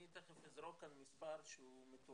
אני תיכף אזרוק כאן מספר שהוא מטורף,